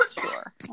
Sure